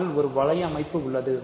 R இல் ஒரு வளைய அமைப்பு உள்ளது